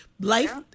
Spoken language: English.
Life